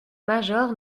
major